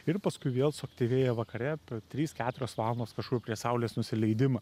ir paskui vėl suaktyvėja vakare trys keturios valandos kažkur prieš saulės nusileidimą